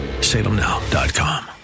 salemnow.com